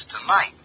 tonight